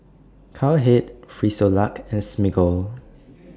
Cowhead Frisolac and Smiggle